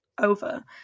over